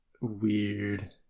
weird